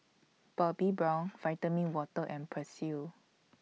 Bobbi Brown Vitamin Water and Persil